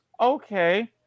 Okay